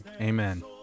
Amen